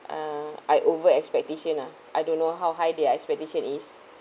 uh I over expectation ah I don't know how high their expectation is